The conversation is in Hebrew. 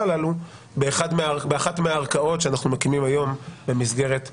הללו באחת מהערכאות שאנחנו מקימים היום במסגרת החוק.